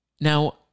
Now